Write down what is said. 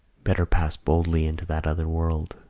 better pass boldly into that other world,